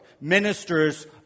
ministers